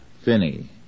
Finney